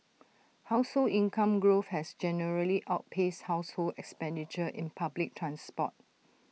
household income growth has generally outpaced household expenditure in public transport